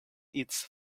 its